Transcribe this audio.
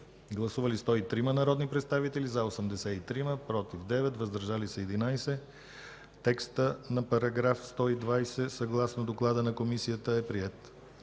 Гласували 103 народни представители: за 83, против 9, въздържали се 11. Текстът на § 120, съгласно доклада на Комисията, е приет.